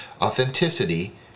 authenticity